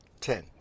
Ten